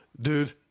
Dude